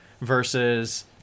versus